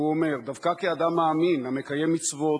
והוא אומר: דווקא כאדם מאמין, המקיים מצוות,